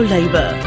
Labor